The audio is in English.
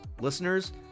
listeners